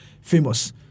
Famous